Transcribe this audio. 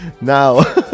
Now